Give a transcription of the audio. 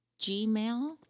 Gmail